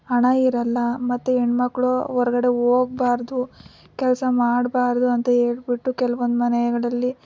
ಹಣ ಇರೋಲ್ಲ ಮತ್ತು ಹೆಣ್ಮಕ್ಳು ಹೊರ್ಗಡೆ ಹೋಗ್ಬಾರ್ದು ಕೆಲಸ ಮಾಡಬಾರ್ದು ಅಂತ ಹೇಳ್ಬಿಟ್ಟು ಕೆಲವೊಂದು ಮನೆಗಳಲ್ಲಿ